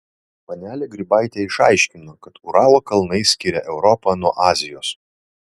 panelė grybaitė išaiškino kad uralo kalnai skiria europą nuo azijos